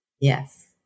Yes